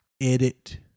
edit